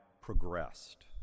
progressed